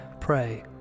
pray